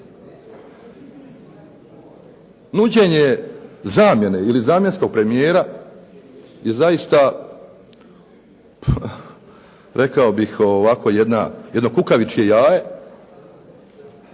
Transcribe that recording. Nuđenje zamjene ili zamjenskog premijera je zaista jedno kukavičko jaje,